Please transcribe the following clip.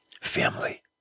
Family